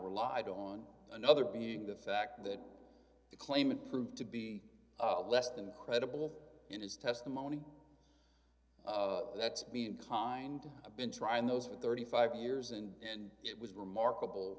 relied on another being the fact that the claimant proved to be less than credible in his testimony that's been kind of been trying those for thirty five years and it was remarkable